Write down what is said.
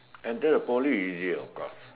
enter Poly easier of course